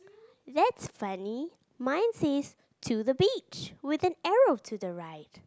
that's funny mine says to the beach with an arrow to the right